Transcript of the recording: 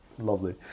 Lovely